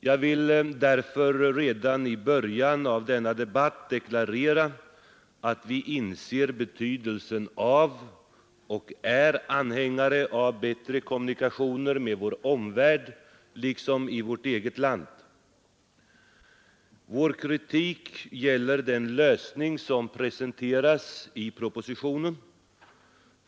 Jag vill därför redan i början av denna debatt deklarera att vi inser betydelsen av och är anhängare av bättre kommunikationer med vår omvärld liksom i vårt eget land. Vår kritik gäller den lösning som presenteras i propositionen.